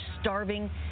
starving